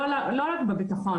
לא רק בביטחון,